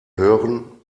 hören